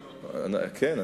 כן,